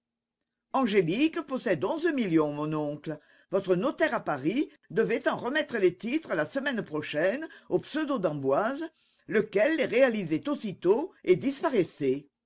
angélique possède onze millions mon oncle votre notaire à paris devait en remettre les titres la semaine prochaine au pseudo d'emboise lequel les réalisait aussitôt et disparaissait